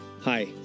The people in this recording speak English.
Hi